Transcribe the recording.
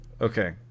okay